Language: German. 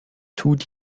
tut